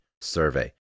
survey